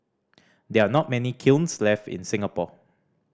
there are not many kilns left in Singapore